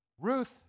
Ruth